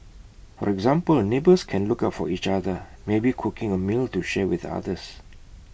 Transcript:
for example neighbours can look out for each other maybe cooking A meal to share with others